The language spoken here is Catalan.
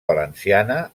valenciana